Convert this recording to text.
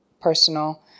personal